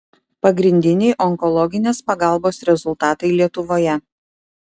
pagrindiniai onkologinės pagalbos rezultatai lietuvoje